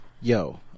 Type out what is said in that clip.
Yo